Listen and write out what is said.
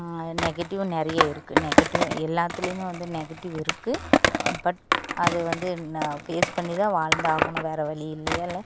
negative நிறைய இருக்குது negative எல்லாத்துலையுமே வந்து நெகட்டிவ் இருக்குது பட் அது வந்து நான் ஃபேஸ் பண்ணி தான் வாழ்ந்தாகணும் வேற வழியே இல்லை